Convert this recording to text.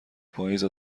پاییز